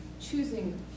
Choosing